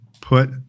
put